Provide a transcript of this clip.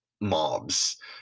mobs